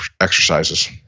exercises